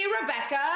Rebecca